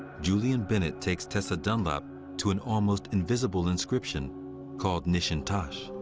julian bennett takes tessa dunlop to an almost invisible inscription called nishantas.